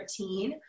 2013